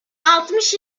altmış